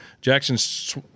jackson's